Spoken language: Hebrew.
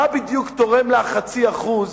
מה בדיוק תורם לה 0.5%